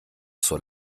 zur